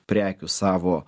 prekių savo